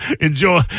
enjoy